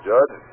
Judge